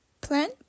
Plan